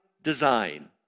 design